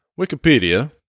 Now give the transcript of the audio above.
Wikipedia